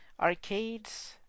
arcades